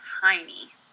tiny